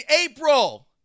April